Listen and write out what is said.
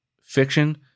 Fiction